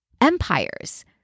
empires